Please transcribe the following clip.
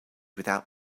without